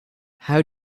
how